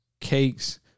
cakes